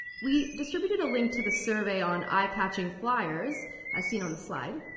we distributed a link to the survey on eye-catching flyers, as seen on the slide.